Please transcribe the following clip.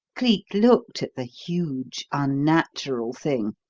cleek looked at the huge unnatural thing